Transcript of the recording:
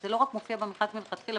זה לא רק מופיע במכרז מלכתחילה,